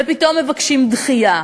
ופתאום מבקשים דחייה.